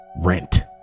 rent